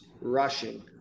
rushing